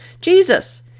Jesus